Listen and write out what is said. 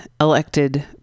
elected